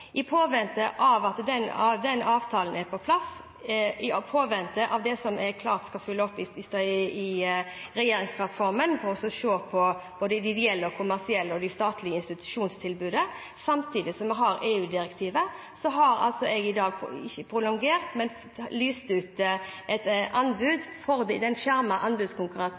I påvente av at den avtalen er på plass, og i påvente av at vi følger opp det som står i regjeringsplattformen om å se på det ideelle, det kommersielle og det statlige institusjonstilbudet, samtidig som vi har EU-direktivet, har jeg i dag ikke prolongert, men lyst ut et anbud i den skjermede anbudskonkurransen for de ideelle, med en varighet fram til at EU-direktivet skal tre i kraft. Det